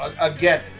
again